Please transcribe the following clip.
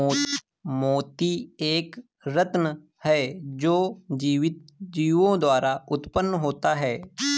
मोती एक रत्न है जो जीवित जीवों द्वारा उत्पन्न होता है